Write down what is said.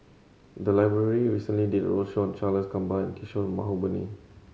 the library recently did a roadshow on Charles Gamba and Kishore Mahbubani